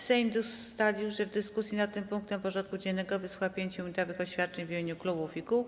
Sejm ustalił, że w dyskusji nad tym punktem porządku dziennego wysłucha 5-minutowych oświadczeń w imieniu klubów i kół.